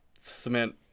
cement